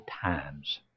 times